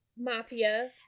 mafia